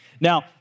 Now